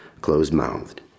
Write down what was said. closed-mouthed